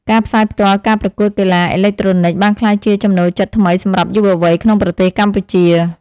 ការផ្សាយផ្ទាល់ការប្រកួតកីឡាអេឡិចត្រូនិកបានក្លាយជាចំណូលចិត្តថ្មីសម្រាប់យុវវ័យក្នុងប្រទេសកម្ពុជា។